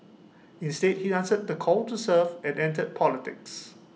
instead he answered the call to serve and entered politics